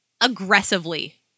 aggressively